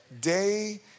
day